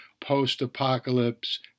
post-apocalypse